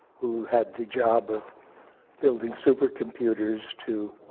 who had the job of building supercomputers to